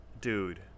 dude